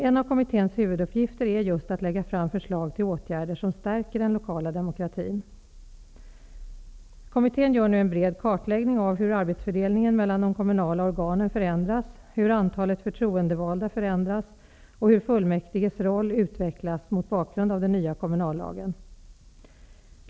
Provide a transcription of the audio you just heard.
En av kommitténs huvuduppgifter är just att lägga fram förslag till åtgärder som stärker den lokala demokratin. Kommittén gör nu en bred kartläggning av hur arbetsfördelningen mellan de kommunala organen förändras, hur antalet förtroendevalda förändras och hur fullmäktiges roll utvecklas mot bakgrund av den nya kommunallagen.